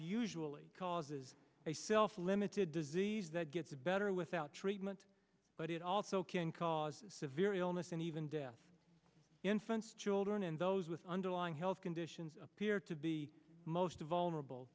usually causes a self limited disease that gets better without treatment but it also can cause severe illness and even death infants children and those with underlying health conditions appear to be most vulnerable